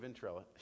Ventrella